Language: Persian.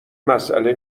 مسئله